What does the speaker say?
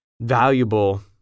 valuable